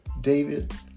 David